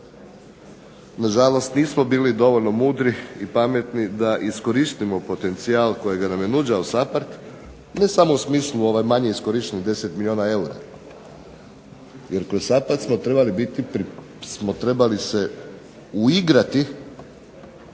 na žalost nismo bili dovoljno mudri i pametni da iskoristimo potencijal kojega nam je nuđao SAPARD, ne samo u smislu manje iskorištenih 10 milijuna eura, jer kroz SAPARD smo trebali biti,